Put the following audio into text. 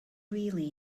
really